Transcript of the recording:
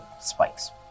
spikes